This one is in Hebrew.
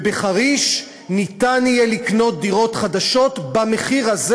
ובחריש ניתן יהיה לקנות דירות חדשות במחיר הזה